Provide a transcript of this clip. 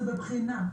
זה בבחינה,